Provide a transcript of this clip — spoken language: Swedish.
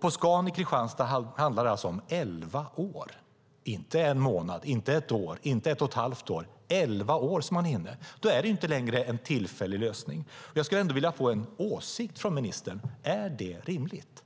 På Scan i Kristianstad handlar det om elva år - inte en månad, inte ett år, inte ett och ett halvt år utan elva år. Då är det inte längre en tillfällig lösning. Jag skulle vilja få ministerns åsikt.